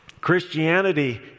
Christianity